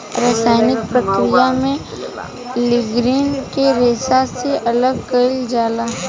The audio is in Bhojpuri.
रासायनिक प्रक्रिया में लीग्रीन के रेशा से अलग कईल जाला